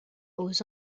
aux